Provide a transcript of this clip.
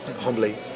humbly